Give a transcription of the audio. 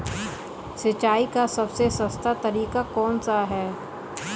सिंचाई का सबसे सस्ता तरीका कौन सा है?